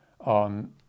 on